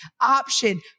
option